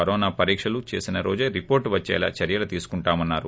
corona పరీక్షలు చేసిన రోజే రిపోర్ట్ వచ్చేలా చర్యలు తీసుకుంటున్నా మన్నారు